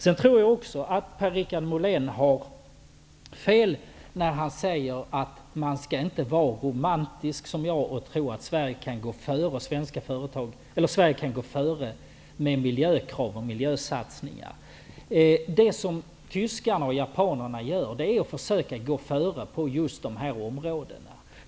Sedan tror jag att Per-Richard Molén har fel när han säger att man inte skall vara romantisk som jag och tro att Sverige kan gå före med miljökrav och miljösatsningar. Det som tyskar och japaner gör är att försöka gå före på just dessa områden.